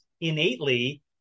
innately